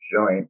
joint